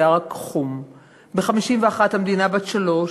היה רק חום"; "ב-51' המדינה בת שלוש,